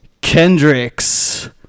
kendricks